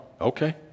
okay